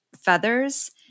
feathers